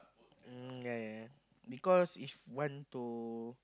um yeah yeah yeah because if want to